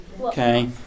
Okay